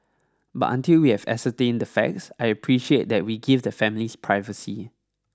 but until we have ascertained the facts I appreciate that we give the families privacy